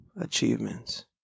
achievements